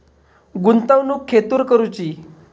गुंतवणुक खेतुर करूची?